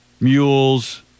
mules